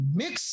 mix